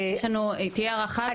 תהיה הערכה לזה?